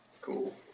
Cool